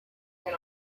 can